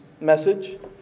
message